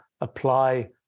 apply